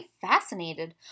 fascinated